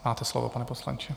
Máte slovo, pane poslanče.